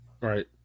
Right